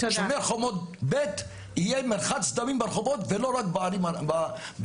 שומר חומות ב' יהיה מרחץ דמים ברחובות ולא רק בערים המעורבות.